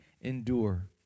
endure